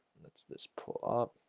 let's this pull up